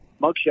mugshot